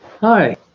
hi